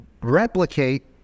replicate